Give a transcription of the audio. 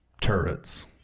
turrets